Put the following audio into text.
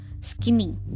skinny